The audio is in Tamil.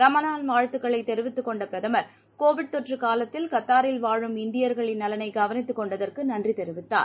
ரமலான் வாழத்துக்களைத் தெரிவித்துக் கொண்ட பிரதமர் கோவிட் தொற்று காலத்தில் கத்தாரில் வாழும் இந்தியர்களின் நலனை கவனித்துக் கொண்டதற்கு நன்றி தெரிவித்தார்